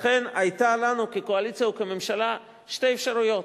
לכן, היו לנו כקואליציה וכממשלה שתי אפשרויות: